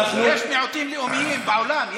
יש מיעוטים לאומיים בעולם.